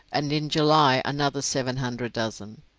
and in july another seven hundred dozen.